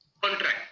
contract